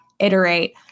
Iterate